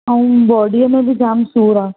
अऊं बॉडीअ में बि जाम सूरु आहे